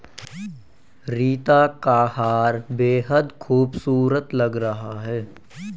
रीता का हार बेहद खूबसूरत लग रहा है